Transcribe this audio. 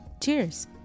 Cheers